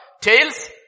tails